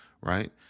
right